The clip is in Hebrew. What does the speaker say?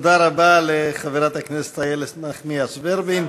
תודה רבה לחברת הכנסת איילת נחמיאס ורבין.